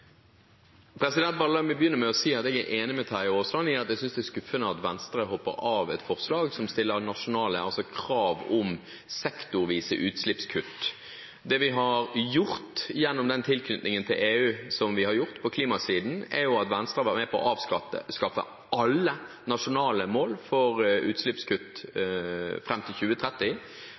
La meg bare begynne med å si at jeg er enig med Terje Aasland – jeg synes det er skuffende at Venstre hopper av et forslag som stiller nasjonale krav om sektorvise utslippskutt. Det vi har gjort på klimasiden, gjennom den tilknytningen til EU, er jo at Venstre var med på å avskaffe alle nasjonale mål for utslippskutt fram til 2030.